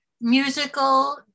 Musical